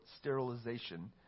sterilization